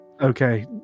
Okay